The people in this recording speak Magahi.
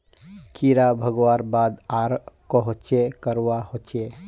कीड़ा भगवार बाद आर कोहचे करवा होचए?